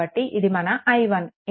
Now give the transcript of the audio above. కాబట్టి ఇది మన i1